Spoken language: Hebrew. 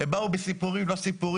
הם באו בסיפורים לא סיפורים,